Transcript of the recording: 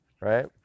right